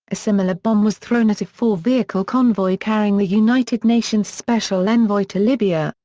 a similar bomb was thrown at a four vehicle convoy carrying the united nations special envoy to libya,